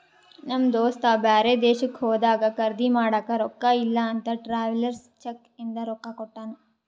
ನಮ್ ದೋಸ್ತ ಬ್ಯಾರೆ ದೇಶಕ್ಕ ಹೋದಾಗ ಖರ್ದಿ ಮಾಡಾಕ ರೊಕ್ಕಾ ಇಲ್ಲ ಅಂತ ಟ್ರಾವೆಲರ್ಸ್ ಚೆಕ್ ಇಂದ ರೊಕ್ಕಾ ಕೊಟ್ಟಾನ